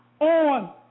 on